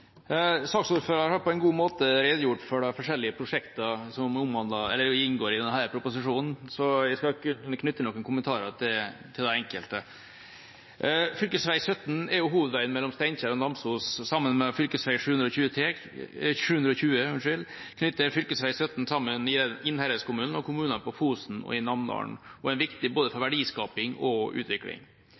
har på en god måte redegjort for de forskjellige prosjektene som inngår i denne proposisjonen, så jeg skal knytte noen kommentarer til de enkelte. Fylkesvei 17 er hovedveien mellom Steinkjer og Namsos. Sammen med fv. 720 knytter fv. 17 sammen Innherredskommunene og kommunene på Fosen og i Namdalen og er viktig både for verdiskaping og utvikling.